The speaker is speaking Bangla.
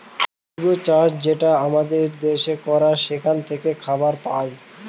জৈব চাষ যেটা আমাদের দেশে করে সেখান থাকে খাবার পায়